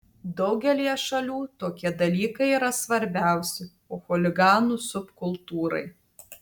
daugelyje šalių tokie dalykai yra svarbiausi o chuliganų subkultūrai